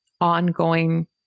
ongoing